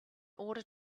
order